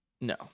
No